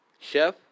Chef